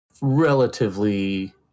relatively